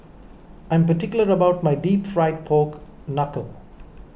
I am particular about my Deep Fried Pork Knuckle